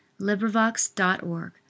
LibriVox.org